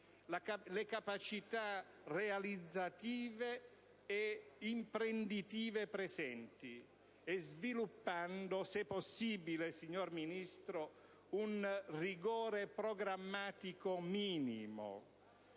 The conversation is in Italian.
le capacità realizzative e imprenditive presenti, sviluppando - se possibile, signor Ministro - un rigore programmatico minimo.